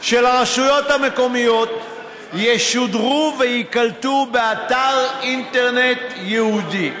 של הרשויות המקומיות יוקלטו וישודרו באתר אינטרנט ייעודי.